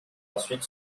ensuite